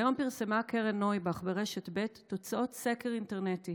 והיום פרסמה קרן נויבך ברשת ב' תוצאות סקר אינטרנטי